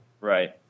Right